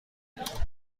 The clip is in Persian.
ﮐﺸﯿﺪﯾﻢ